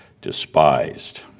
despised